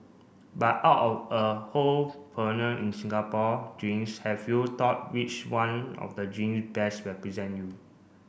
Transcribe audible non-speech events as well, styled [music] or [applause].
but out of a whole [unintelligible] in Singapore drinks have you thought which one of the drink best represent you